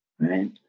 right